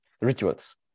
rituals